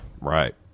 Right